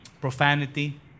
Profanity